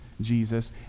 Jesus